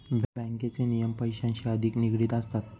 बँकेचे नियम पैशांशी अधिक निगडित असतात